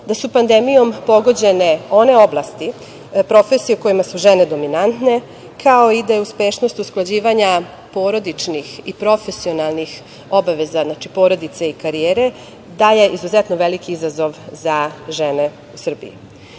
da su pandemijom pogođene one oblasti, profesije u kojima su žene dominantne, kao i da je uspešnost usklađivanja porodičnih i profesionalnih obaveza, znači porodice i karijere, da je izuzetno veliki izazov za žene u